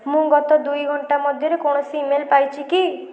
ମୁଁ ଗତ ଦୁଇ ଘଣ୍ଟା ମଧ୍ୟରେ କୌଣସି ଇମେଲ୍ ପାଇଛି କି